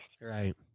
Right